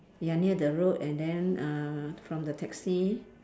ya near the road and then uh from the taxi